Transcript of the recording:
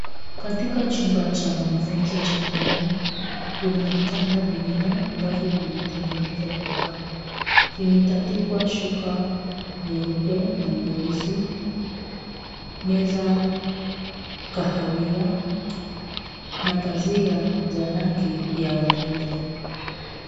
Katika chumba cha wanafunzi cha kulala, kuna vitanda vinne ambavyo vimetengenezwa kwa mbao. Vimetandikwa shuka nyeupe na nyeusi, meza kahawia na pazia za rangi ya waridi.